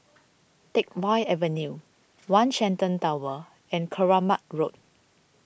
Teck Whye Avenue one Shenton Tower and Keramat Road